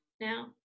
now